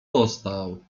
dostał